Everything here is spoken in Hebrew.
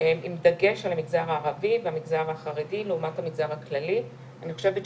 לא רק בגלל שזה עולה בכנסת, אני יכולה להגיד